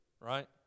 right